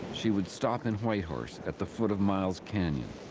she would stop in whitehorse, at the foot of miles canyon,